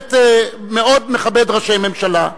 באמת מאוד מכבד ראשי ממשלה.